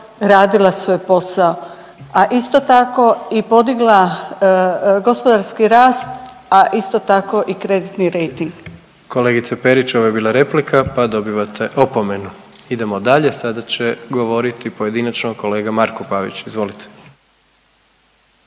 radila svoj posao, a isto tako i podigla gospodarski rast, a isto tako i kreditni rejting. **Jandroković, Gordan (HDZ)** Kolegice Perić, ovo je bila replika pa dobivate opomenu. Idemo dalje. Sada će govoriti pojedinačno kolega Marko Pavić, izvolite.